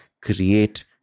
create